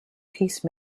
peace